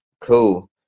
cool